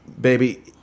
baby